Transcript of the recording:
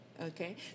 Okay